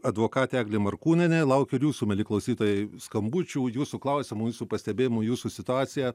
advokatė eglė morkūnienė laukiu ir jūsų mieli klausytojai skambučių jūsų klausimų jūsų pastebėjimų jūsų situaciją